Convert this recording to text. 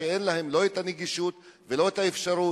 שאין להם לא את הנגישות ולא את האפשרות,